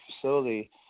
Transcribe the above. facility